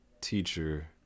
teacher